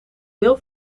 deel